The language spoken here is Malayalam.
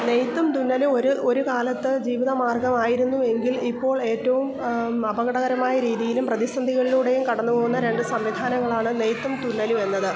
നെയ്ത്തും തുന്നലും ഒരു ഒരു കാലത്ത് ജീവിത മാർഗ്ഗമായിരുന്നു എങ്കിൽ ഇപ്പോൾ ഏറ്റവും അപകടകരമായ രീതിയിലും പ്രതിസന്ധികളിലൂടേയും കടന്ന് പോകുന്ന രണ്ട് സംവിധാനങ്ങളാണ് നെയ്ത്തും തുന്നലും എന്നത്